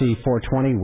C-420